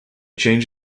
change